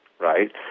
right